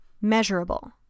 Measurable